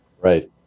right